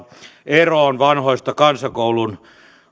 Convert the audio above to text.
eroon vanhoista kansakoulun